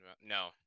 No